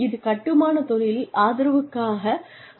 இது கட்டுமான தொழிலில் ஆதரவுக்காக மேற்கொள்ளப்படும் ஒரு நடவடிக்கை ஆகும்